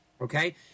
Okay